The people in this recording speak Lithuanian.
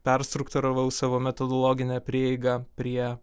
perstruktūravau savo metodologinę prieigą prie